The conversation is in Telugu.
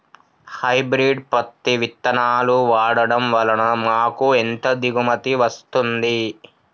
హైబ్రిడ్ పత్తి విత్తనాలు వాడడం వలన మాకు ఎంత దిగుమతి వస్తుంది?